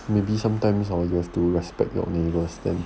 maybe sometimes hor you have to respect your neighbours then